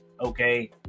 Okay